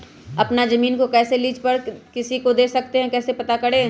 अपना जमीन को कैसे लीज पर किसी को दे सकते है कैसे पता करें?